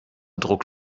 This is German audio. druck